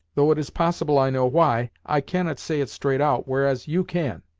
though it is possible i know why, i cannot say it straight out, whereas you can.